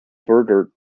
burger